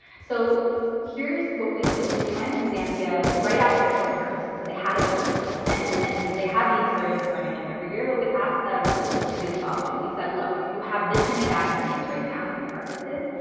so here's what we did. so we went in zambia, right after people had harvested. so they had a bunch of money and and you know they have the experience of running out every year, but we asked them to do the following. we said, look, you have this many bags of maize right now that you've harvested.